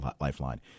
Lifeline